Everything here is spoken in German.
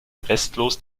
restlos